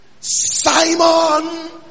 Simon